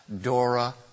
Dora